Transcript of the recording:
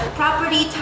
property